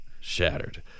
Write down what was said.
shattered